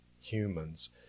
humans